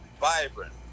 vibrant